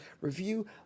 review